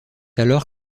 alors